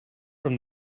from